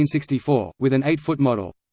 and sixty four, with an eight-foot model.